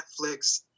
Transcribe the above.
Netflix